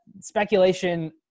speculation